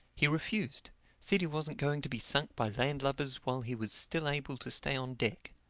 he refused said he wasn't going to be sunk by landlubbers while he was still able to stay on deck.